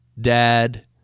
dad